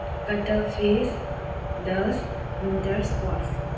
ꯀꯇꯜ fish ꯗꯁ winter squash